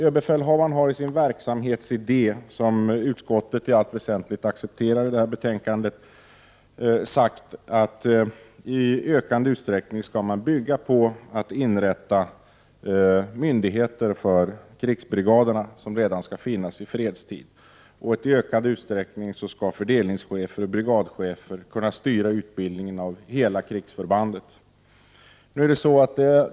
Överbefälhavaren har i sin verksamhetsidé, som utskottet i allt väsentligt accepterar i detta betänkande, sagt att man i ökande utsträckning skall inrätta myndigheter för krigsbrigaderna som skall finnas redan i fredstid. I ökad utsträckning skall fördelningschefer och brigadchefer kunna styra utbildningen av hela krigsförbandet.